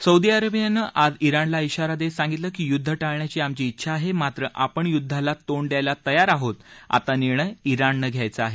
Saudi अरेबियानं आज इराणला इशारा देत सांगितलं की युद्ध टाळण्याची आमची इच्छा आहे मात्र आपण युद्धाला तोंड द्यायला तयार आहोत आता निर्णय इराणनं घ्यायचा आहे